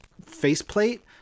faceplate